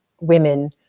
women